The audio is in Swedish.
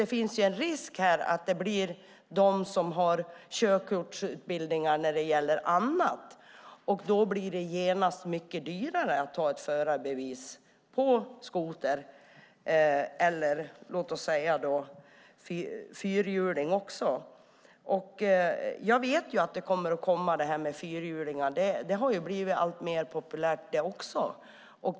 Det finns nämligen en risk att det blir de som har körkortsutbildningar när det gäller annat, och då blir det genast mycket dyrare att ta ett förarbevis för skoter och även fyrhjuling. Jag vet att detta med fyrhjulingen kommer att komma. Det har också blivit alltmer populärt.